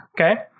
Okay